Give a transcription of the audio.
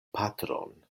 patron